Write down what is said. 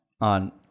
on